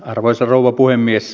arvoisa rouva puhemies